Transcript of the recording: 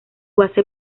base